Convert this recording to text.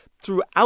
throughout